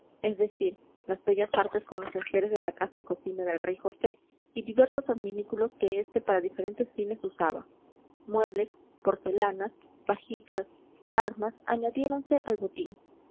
es decir las bellas artes con los enseres de la casa y cocina del rey josé y diversos adminículos que este para diferentes fines usaba muebles porcelanas vajillas armas añadiéronse al botín